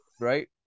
right